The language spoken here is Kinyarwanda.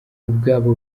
ubwabo